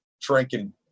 drinking